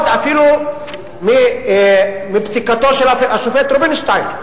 אפילו מפסיקתו של השופט רובינשטיין.